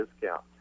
discount